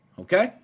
okay